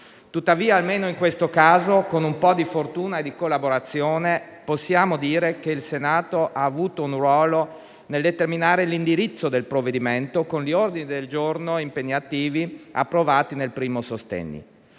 Tuttavia, almeno in questo caso, con un po' di fortuna e di collaborazione, possiamo dire che il Senato ha avuto un ruolo nel determinare l'indirizzo del provvedimento con gli ordini del giorno impegnativi approvati nel primo